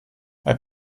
bei